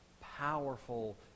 powerful